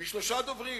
משלושה דוברים,